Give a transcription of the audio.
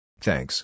Thanks